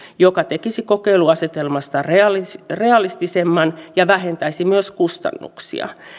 joka tekisi kokeiluasetelmasta realistisemman realistisemman ja vähentäisi myös kustannuksia